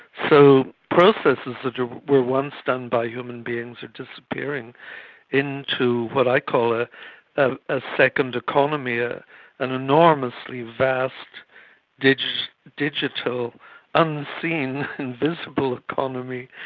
so processes that were once done by human beings are disappearing into what i call a a ah second economy, ah an enormously vast digital digital unseen, invisible economy,